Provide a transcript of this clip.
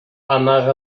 amaga